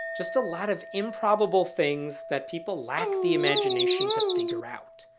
just a lot of improbable things that people lack the imagination to figure out.